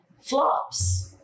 flops